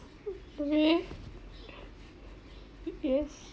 okay yes